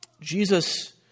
Jesus